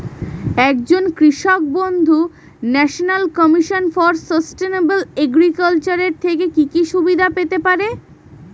একজন কৃষক বন্ধু national commission for sustainable agriculture এর থেকে কি কি সুবিধা পেতে পারে?